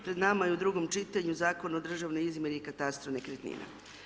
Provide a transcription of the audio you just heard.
Pred nama je u drugom čitanju Zakon o državnoj izmjeri i katastru nekretnina.